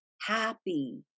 happy